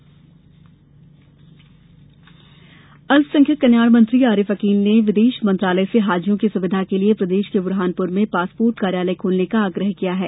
passport अल्पसंख्यक कल्याण मंत्री आरिफ अकील ने विदेश मंत्रालय से हाजियों की सुविधा के लिये प्रदेश के बुरहानपुर में पासपोर्ट कार्यालय खोलने का आग्रह किया है